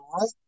right